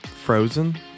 frozen